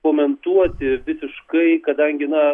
komentuoti visiškai kadangi na